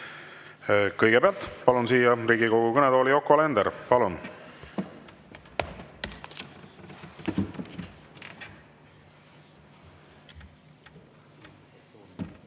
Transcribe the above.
Kõigepealt palun siia Riigikogu kõnetooli Yoko Alenderi. Palun!